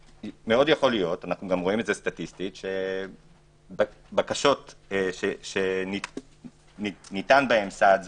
ומאוד ייתכן אנו גם רואים זאת סטטיסטית שבקשות שניתן בהן סעד זמני,